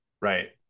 Right